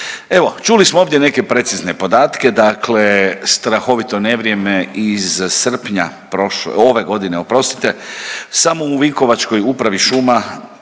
Evo, čuli smo ovdje neke precizne podatke, dakle strahovito nevrijeme iz srpnja .../nerazumljivo/... ove godine, oprostite, samo u vinkovačkoj upravi šuma